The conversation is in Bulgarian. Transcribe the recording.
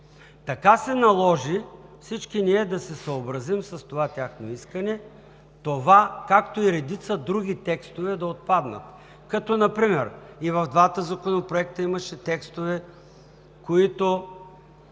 Така се наложи всички ние да се съобразим с това тяхно искане – това, както и редица други текстове да отпаднат. Като например и в двата законопроекта имаше текстове, които